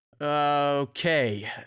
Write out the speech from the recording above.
Okay